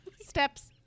steps